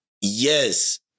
yes